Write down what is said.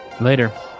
Later